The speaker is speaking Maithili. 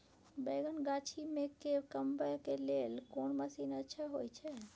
बैंगन गाछी में के कमबै के लेल कोन मसीन अच्छा होय छै?